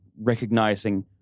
recognizing